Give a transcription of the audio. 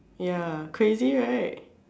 ya crazy right